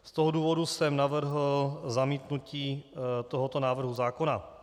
Z toho důvodu jsem navrhl zamítnutí tohoto návrhu zákona